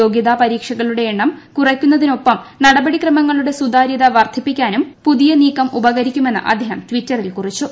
യോഗ്യത പരീക്ഷകളുടെ എണ്ണം കുറയ്ക്കുന്നതിനൊപ്പം നടപടിക്രമങ്ങളുടെ സുതാര്യത വർദ്ധിപ്പിക്കാനും പുതിയ നീക്കം ഉപകരിക്കുമെന്ന് അദ്ദേഹം ടിറ്ററിൽ കുറിച്ചു